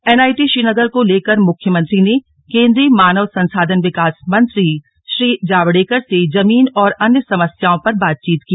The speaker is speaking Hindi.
एनआईटी श्रीनगर को लेकर मुख्यमंत्री ने केंद्रीय मानव संसाधन विकास मंत्री श्री जावेड़कर से जमीन और अन्य समस्याओं पर बातचीत की